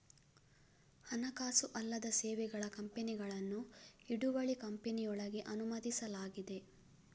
ಹಣಕಾಸು ಅಲ್ಲದ ಸೇವೆಗಳ ಕಂಪನಿಗಳನ್ನು ಹಿಡುವಳಿ ಕಂಪನಿಯೊಳಗೆ ಅನುಮತಿಸಲಾಗಿದೆ